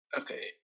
Okay